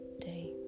day